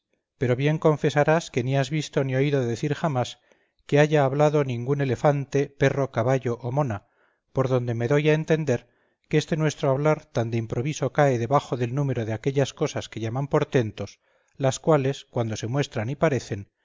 pero bien confesarás que ni has visto ni oído decir jamás que haya hablado ningún elefante perro caballo o mona por donde me doy a entender que este nuestro hablar tan de improviso cae debajo del número de aquellas cosas que llaman portentos las cuales cuando se muestran y parecen